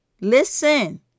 Listen